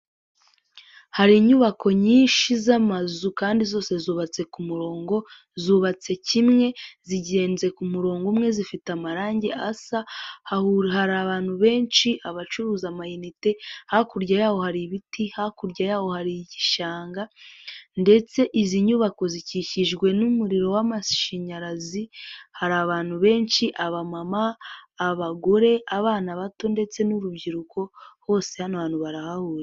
Hari inyubako nyinshi z'amazu kandi zose zubatse ku murongo zubatse kimwe zigenze ku murongo umwe zifite amarangi asa, hari abantu benshi abacuruza amayinite hakurya yaho hari ibiti, hakurya yaho hari igishanga ndetse izi nyubako zikikijwe n'umuriro w'amashanyarazi, hari abantu benshi abamama, abagore, abana bato ndetse n'urubyiruko bose hano hantu barahahuriye.